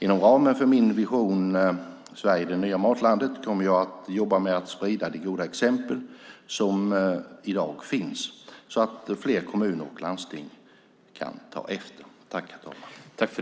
Inom ramen för min vision Sverige - det nya matlandet kommer jag att jobba med att sprida de goda exempel som i dag finns, så att fler kommuner och landsting kan ta efter.